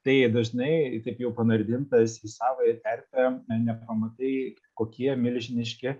tai dažnai taip jau panardintas į savąją terpę nepamatai kokie milžiniški